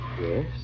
Yes